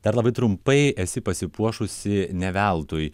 dar labai trumpai esi pasipuošusi ne veltui